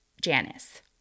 Janice